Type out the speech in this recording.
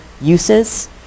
uses